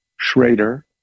Schrader